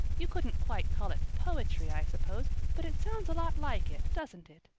you couldn't quite call it poetry, i suppose, but it sounds a lot like it, doesn't it?